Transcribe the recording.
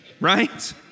right